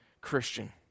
Christian